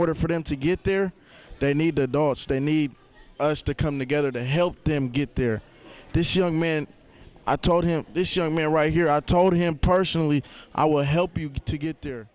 order for them to get there they need a dog they need us to come together to help them get there this young man i told him this young man right here i told him personally i will help you to get the